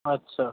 আচ্ছা